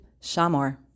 Shamor